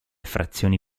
frazioni